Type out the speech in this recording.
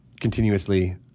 continuously